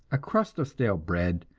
a crust of stale bread,